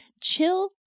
chill